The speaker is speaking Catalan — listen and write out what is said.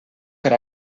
per